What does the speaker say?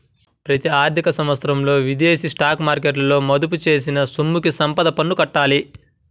ప్రతి ఆర్థిక సంవత్సరంలో విదేశీ స్టాక్ మార్కెట్లలో మదుపు చేసిన సొమ్ముకి సంపద పన్ను కట్టాలి